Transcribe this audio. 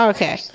Okay